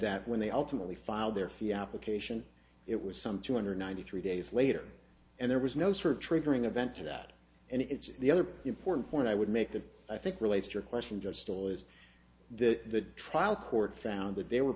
that when they ultimately filed their fee application it was some two hundred ninety three days later and there was no sort of triggering event to that and it's the other important point i would make that i think relates to your question just still is the trial court found that there were